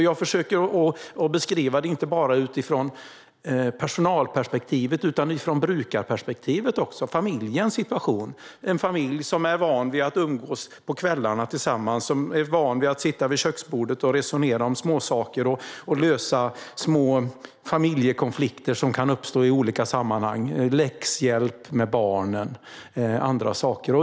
Jag försöker att beskriva det inte bara utifrån personalperspektivet utan även utifrån brukarperspektivet och utifrån familjens situation. Det kan vara en familj som är van vid att umgås tillsammans på kvällarna och som är van vid att sitta vid köksbordet och resonera om småsaker och lösa små familjekonflikter som kan uppstå i olika sammanhang. Det kan handla om läxhjälp för barnen och andra saker.